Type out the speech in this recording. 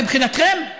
מבחינתכם,